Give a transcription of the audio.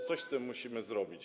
Coś z tym musimy zrobić.